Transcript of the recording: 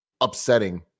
upsetting